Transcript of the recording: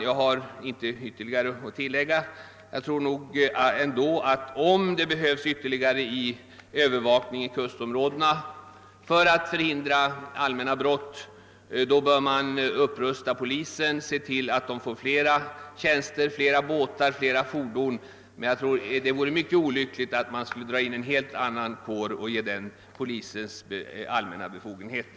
Jag har egentligen inget ytterligare att säga. Jag anser att om det behövs ytterligare övervakning i kustområdena för att förhindra allmänna brott bör man upprusta polisen — se till att det blir fler tjänster, fler båtar, fler fordon — men jag tror att det vore mycket olyckligt att dra in en helt annan kår och ge den polisens allmänna befogenheter.